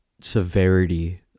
severity